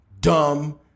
dumb